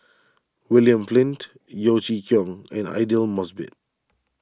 William Flint Yeo Chee Kiong and Aidli Mosbit